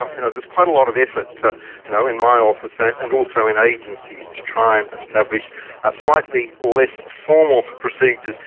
um you know, there's quite a lot of effort you know in my office and and also in agencies, to try and establish a slightly less formal procedure.